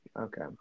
Okay